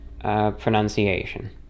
pronunciation